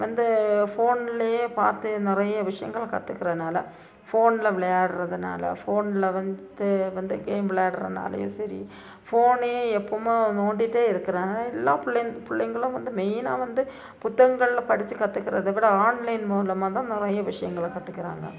வந்து ஃபோன்லையே பார்த்து நிறையா விஷயங்களை கத்துக்கிறதனால ஃபோன்ல விளையாடுகிறதுனால ஃபோன்ல வந்து வந்து கேம் விளாடுகிறனாலையும் சரி ஃபோனையே எப்போவுமு நோண்டிகிட்டே இருக்கிறனால எல்லா பிள்ள பிள்ளைங்களும் வந்து மெயினாக வந்து புத்தகங்கள்ல படித்து கத்துக்கிறத விட ஆன்லைன் மூலமாக தான் நிறைய விஷயங்களை கத்துக்கிறாங்கள்